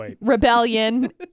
rebellion